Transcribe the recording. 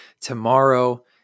tomorrow